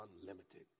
unlimited